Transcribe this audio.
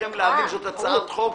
בשעה 11:00.